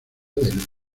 del